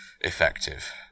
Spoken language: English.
effective